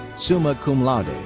summa cum laude.